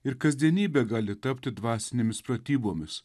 ir kasdienybė gali tapti dvasinėmis pratybomis